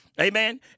Amen